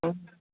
ꯎꯝ